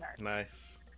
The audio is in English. Nice